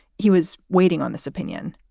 he was waiting on this opinion,